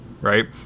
Right